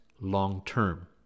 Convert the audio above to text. long-term